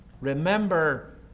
Remember